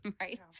right